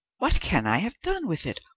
what can i have done with it?